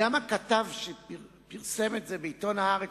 וגם הכתב שפרסם את זה בעיתון "הארץ"